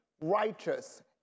righteous